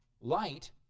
Light